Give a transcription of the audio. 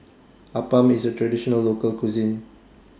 Appam IS A Traditional Local Cuisine